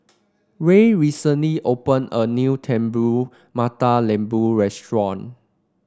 Ray recently opened a new Telur Mata Lembu restaurant